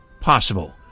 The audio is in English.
possible